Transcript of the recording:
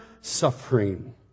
suffering